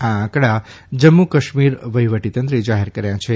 આ આંકડા જમ્મુ કાશ્મીર વહીવટીતંત્રે જાહેર કર્યા છે